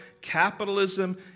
Capitalism